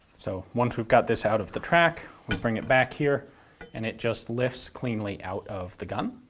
so once we've got this out of the track, we bring it back here and it just lifts cleanly out of the gun.